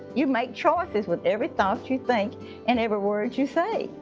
you make choices with every thought you think and every word you say.